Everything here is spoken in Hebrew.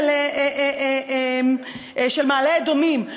של מעלה-אדומים.